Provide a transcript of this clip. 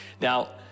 Now